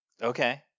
Okay